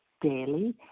daily